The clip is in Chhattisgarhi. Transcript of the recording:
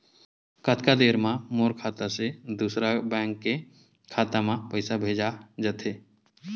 कतका देर मा मोर खाता से दूसरा बैंक के खाता मा पईसा भेजा जाथे?